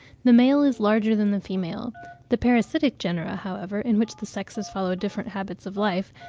the male is larger than the female the parasitic genera, however, in which the sexes follow different habits of life,